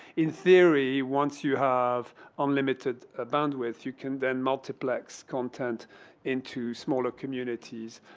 in theory, once you have unlimited ah band width, you can then multiplex content into smaller communities.